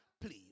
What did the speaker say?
Please